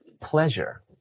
pleasure